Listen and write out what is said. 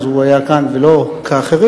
הוא היה כאן ולא כאחרים,